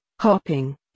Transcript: hopping